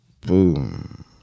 Boom